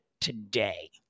today